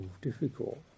difficult